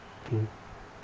mm